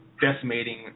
decimating